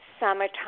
summertime